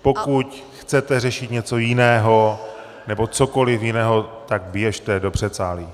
Pokud chcete řešit něco jiného nebo cokoliv jiného, tak běžte do předsálí.